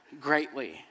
greatly